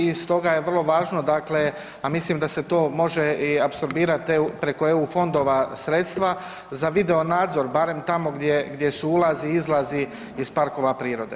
I stoga je vrlo važno dakle, a mislim da se to može i apsorbirati preko EU fondova sredstva za video nadzor barem tamo gdje su ulazi i izlazi iz parkova prirode.